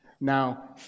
Now